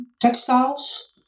textiles